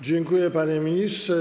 Dziękuję, panie ministrze.